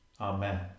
Amen